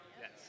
Yes